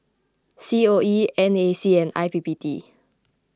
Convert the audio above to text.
C O E N A C and I P P T